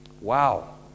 Wow